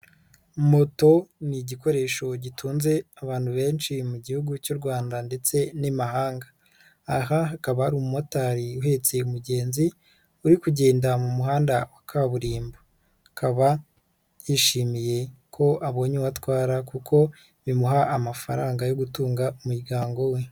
Moto ni igikoresho gitunze abantu benshi mu Gihugu cy'u Rwanda ndetse n'imahanga, aha hakaba ari umumotari uhetse umugenzi uri kugenda mu muhanda wa kaburimbo, akaba yishimiye ko abonye uwo atwara kuko bimuha amafaranga yo gutunga umuryango we.